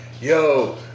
yo